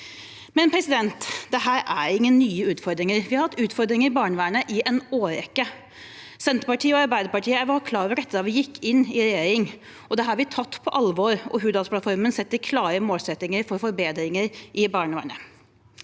innfører nye. Dette er ikke nye utfordringer. Vi har hatt utfordringer i barnevernet i en årrekke. Senterpartiet og Arbeiderpartiet var klar over dette da vi gikk inn i regjering. Det har vi tatt på alvor, og Hurdalsplattformen setter klare målsettinger for forbedringer i barnevernet.